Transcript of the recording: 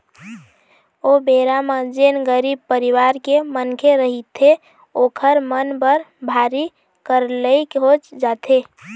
ओ बेरा म जेन गरीब परिवार के मनखे रहिथे ओखर मन बर भारी करलई हो जाथे